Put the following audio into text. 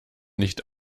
nicht